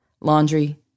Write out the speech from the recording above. Laundry